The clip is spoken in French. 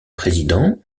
président